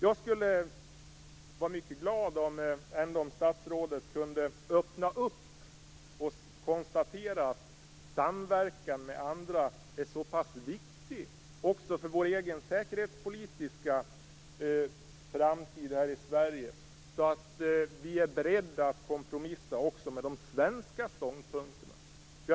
Jag skulle vara mycket glad om statsrådet kunde öppna upp och konstatera att samverkan med andra är så pass viktig också för vår egen säkerhetspolitiska framtid här i Sverige att vi är beredda att kompromissa också i fråga om de svenska ståndpunkterna.